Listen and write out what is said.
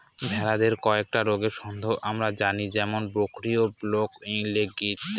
ভেড়াদের কয়েকটা রোগ সম্বন্ধে আমরা জানি যেমন ব্র্যাক্সি, ব্ল্যাক লেগ ইত্যাদি